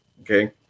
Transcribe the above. Okay